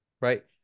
right